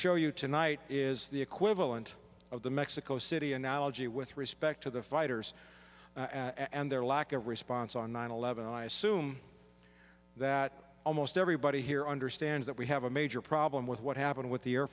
show you tonight is the equivalent of the mexico city analogy with respect to the fighters and their lack of response on nine eleven i assume that almost everybody here understands that we have a major problem with what happened with the air